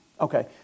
Okay